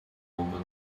woman